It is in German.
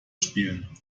spielen